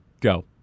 go